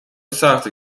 سخته